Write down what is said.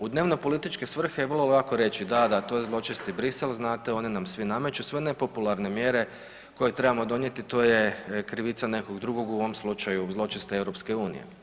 U dnevnopolitičke svrhe vrlo lako je reći da, da to je zločesti Brisel znate oni nam svi nameću, sve nepopularne mjere koje trebamo donijeti to je krivica nekog drugog, u ovom slučaju zločaste EU.